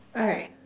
alright